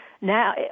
now